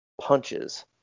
punches